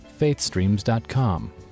faithstreams.com